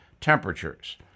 temperatures